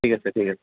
ঠিক আছে ঠিক আছে